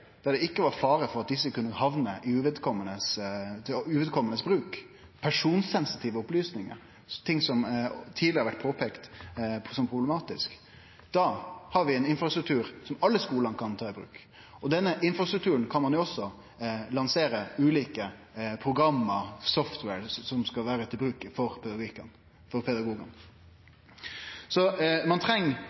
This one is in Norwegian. der dataa som blei putta inn, var trygge, der det ikkje var fare for at desse kunne hamne hos uvedkomande – personsensitive opplysningar, ting som tidlegare har vore peika på som problematiske – hadde vi hatt ein infrastruktur som alle skolane kunne ta i bruk. Denne infrastrukturen kan ein jo også lansere som ulike program, software som skal vere til bruk for